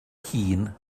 hŷn